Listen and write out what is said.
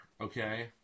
okay